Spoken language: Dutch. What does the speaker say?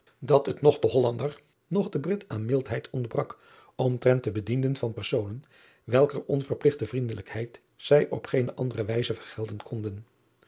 dat het noch den ollander noch den rit aan mildheid ontbrak omtrent de bedienden van personen welker onverpligte vriendelijkheid zij op geene andere wijze vergelden konden